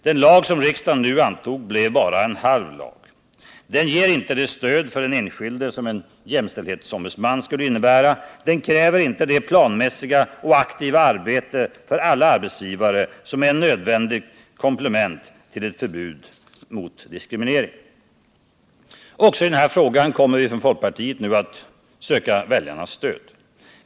Den lag som riksdagen nu antog blev bara en halv lag. Den ger inte det stöd för den enskilde som en jämställdhetsombudsman skulle innebära. Den kräver inte det planmässiga och aktiva arbete av alla arbetsgivare som är ett nödvändigt komplement till ett förbud mot diskriminering. Också i den här frågan kommer vi från folkpartiet nu att gå ut och söka väljarnas stöd.